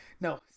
No